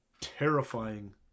terrifying